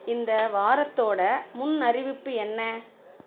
இந்த வாரத்தோட முன்அறிவிப்பு என்ன